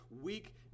weak